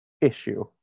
issue